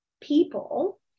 people